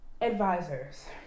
advisors